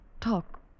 Talk